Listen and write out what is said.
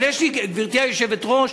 גברתי היושבת-ראש,